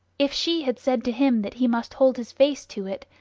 if she had said to him that he must hold his face to it,